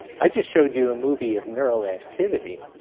i just showed you a movie of neural activity,